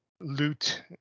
loot